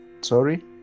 Sorry